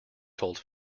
told